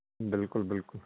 ਬਿਲਕੁਲ ਬਿਲਕੁਲ